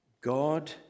God